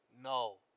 No